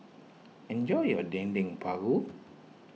enjoy your Dendeng Paru